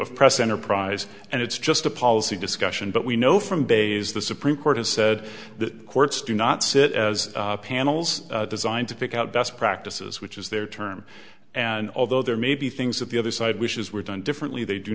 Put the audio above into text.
of press enterprise and it's just a policy discussion but we know from days the supreme court has said that courts do not sit as panels designed to pick out best practices which is their term and although there may be things that the other side wishes were done differently they do